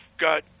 got